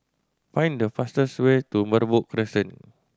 find the fastest way to Merbok Crescent